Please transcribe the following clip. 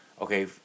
Okay